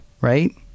right